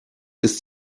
ist